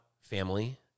family